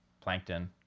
plankton